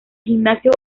gimnasio